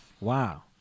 Wow